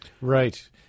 Right